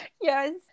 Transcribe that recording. Yes